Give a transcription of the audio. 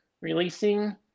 releasing